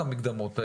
את המקדמות האלה.